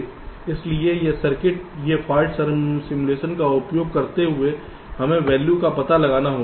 एक दिए गए सर्किट के लिए इसलिए यह फाल्ट सिमुलेशन का उपयोग करते हुए हमें वैल्यू पता लगाना होगा